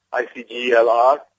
ICGLR